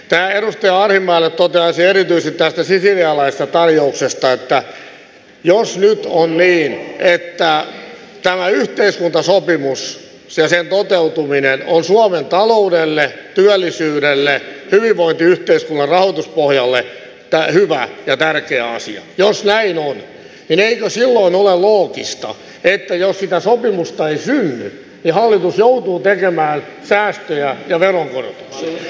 edustaja arhinmäelle toteaisin erityisesti tästä sisilialaisesta tarjouksesta että jos nyt on niin että tämä yhteiskuntasopimus ja sen toteutuminen on suomen taloudelle työllisyydelle ja hyvinvointiyhteiskunnan rahoituspohjalle hyvä ja tärkeä asia niin eikö silloin ole loogista että jos sitä sopimusta ei synny hallitus joutuu tekemään säästöjä ja veronkorotuksia